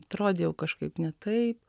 atrodė jau kažkaip ne tai